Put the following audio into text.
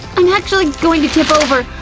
i'm actually going to tip over,